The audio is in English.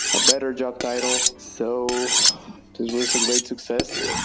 a better job title. so it was a great success.